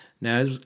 Now